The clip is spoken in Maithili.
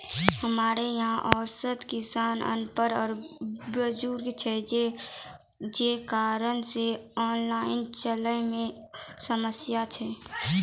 हमरा यहाँ औसत किसान अनपढ़ आरु बुजुर्ग छै जे कारण से ऑनलाइन चलन मे समस्या छै?